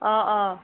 অ অ